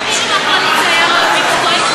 גם אם מישהו מהקואליציה, היינו אומרים אותו דבר.